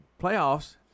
playoffs